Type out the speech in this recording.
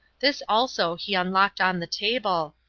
this also he unlocked on the table,